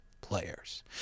players